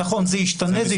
נכון, זה ישתנה.